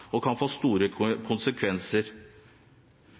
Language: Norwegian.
og kan få store konsekvenser.